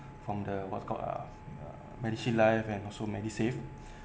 from the what's called uh MediShield Life and also MediSave